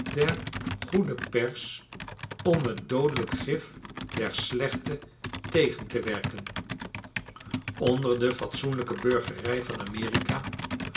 goede pers om het doodelijk gif der slechte tegen te werken onder de fatsoenlijke burgerij van amerika